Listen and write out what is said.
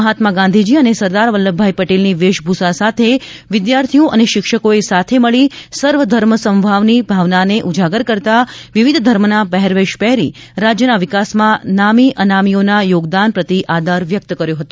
મહાત્મા ગાંધીજી અને સરદાર વલ્લભભાઇ પટેલની વેશભૂષા સાથે વિદ્યાર્થીઓ અને શિક્ષકોએ સાથે મળી સર્વ ધર્મ સમભાવની ભાવનાને ઉજાગર કરતાં વિવિધ ધર્મના પહેરવેશ પહેરી રાજયના વિકાસમાં નામા અનામીઓના યોગદાન પ્રતિ આદર વ્યક્ત કર્યો હતો